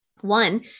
One